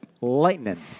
Lightning